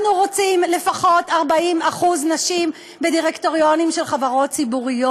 אנחנו רוצים לפחות 40% נשים בדירקטוריונים של חברות ציבוריות.